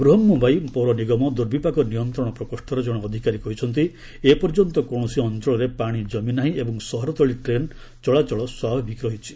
ବୃହନ୍ ମୁମ୍ବାଇ ପୌରନିଗମ ଦୁର୍ବିପାକ ନିୟନ୍ତ୍ରଣ ପ୍ରକୋଷ୍ଠର ଜଣେ ଅଧିକାରୀ କହିଛନ୍ତି ଏପର୍ଯ୍ୟନ୍ତ କୌଣସି ଅଞ୍ଚଳରେ ପାଣି କମି ନାହିଁ ଏବଂ ସହରତଳି ଟ୍ରେନ୍ ଚଳାଚଳ ସ୍ୱାଭାବିକ ରହିଛି